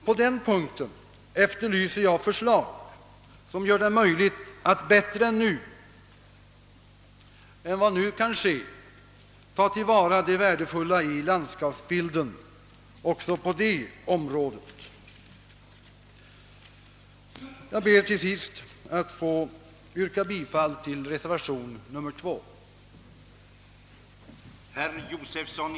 På den punkten efterlyser jag förslag som gör det möjligt att bättre än vad som nu kan ske ta till vara det värdefulla i landskapsbilden på detta område. Herr talman! Jag yrkar även under hänvisning till vad herr Tobé anfört bifall till reservationen 2 vid jordbruksutskottets utlåtande nr 17.